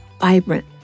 vibrant